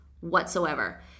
whatsoever